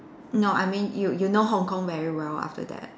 no I mean you you know Hong-Kong very well after that